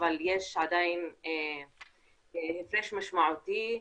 אבל יש עדיין הפרש משמעותי.